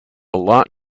lot